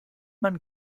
man